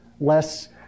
Less